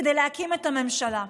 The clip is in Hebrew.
כדי להקים את הממשלה?